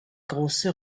große